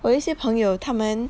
我一些朋友他们